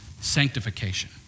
sanctification